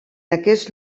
aquest